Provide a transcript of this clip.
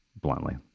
bluntly